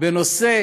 בנושא